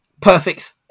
perfect